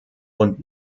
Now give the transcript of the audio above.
und